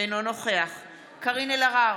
אינו נוכח קארין אלהרר,